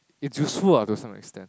it's useful lah to some extent